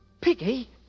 piggy